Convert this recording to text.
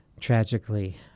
tragically